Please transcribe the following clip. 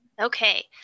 Okay